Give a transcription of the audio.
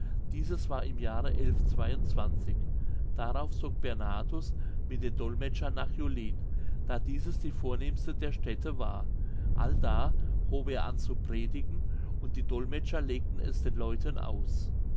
dieses war im jahre darauf zog bernhardus mit den dolmetschern nach julin da dieses die vornehmste der städte war allda hob er an zu predigen und die dollmetscher legten es den leuten aus